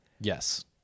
Yes